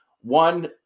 One